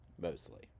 Mostly